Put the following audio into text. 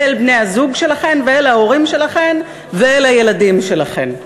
ואל בני-הזוג שלכן ואל ההורים שלכן ואל הילדים שלכן.